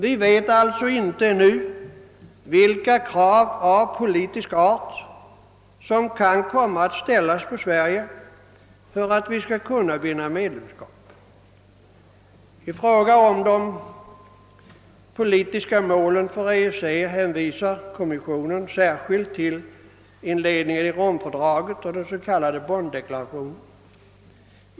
Vi vet alltså inte ännu vilka krav av politisk art som kan komma att ställas på Sverige för att vi skall kunna vinna medlemskap. I fråga om de politiska målen för EEC hänvisar kommissionen särskilt till inledningen i Romfördraget och den s.k. Bonndeklarationen.